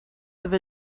have